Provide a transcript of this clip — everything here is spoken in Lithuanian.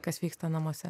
kas vyksta namuose